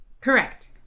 Correct